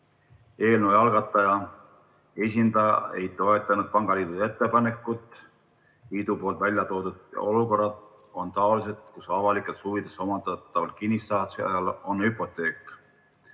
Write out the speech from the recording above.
Eelnõu algataja esindaja ei toetanud pangaliidu ettepanekut. Liidu poolt välja toodud olukorrad on taolised, kus avalikes huvides omandataval kinnisasjal on hüpoteek,